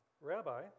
Rabbi